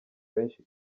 benshi